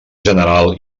general